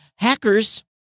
Hackers